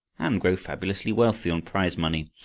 and grow fabulously wealthy on prize-money.